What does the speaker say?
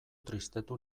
tristetu